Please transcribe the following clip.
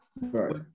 Right